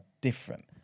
different